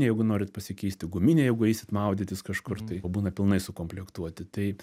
jeigu norit pasikeist į guminę jeigu eisit maudytis kažkur tai o būna pilnai sukomplektuoti tai